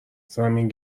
زمین